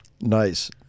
Nice